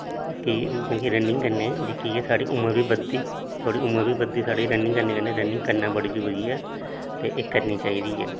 केईं रनिंग कन्नै जेहकी कि साढ़ी उमर बी बधदी थोह्ड़ी उमर बी बधदी साढ़ी रनिंग करने कन्नै रनिंग करना बड़ी जरूरी ऐ ते एह् करनी चाहिदी ऐ